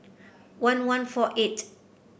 one one four eight